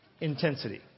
intensity